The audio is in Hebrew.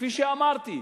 וכפי שאמרתי,